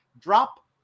Drop